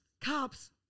Cops